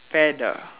fad ah